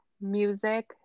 Music